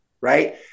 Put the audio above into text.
right